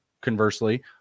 conversely